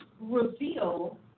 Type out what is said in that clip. reveal